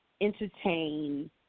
entertain